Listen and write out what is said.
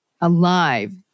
alive